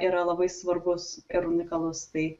yra labai svarbus ir unikalus tai